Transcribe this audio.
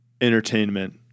entertainment